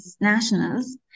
nationals